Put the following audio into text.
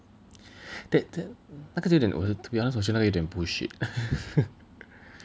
that that 那个就点我 to be honest 我觉得有点 bullshit